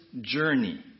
journey